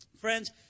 Friends